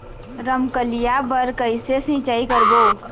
रमकलिया बर कइसे सिचाई करबो?